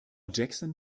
jackson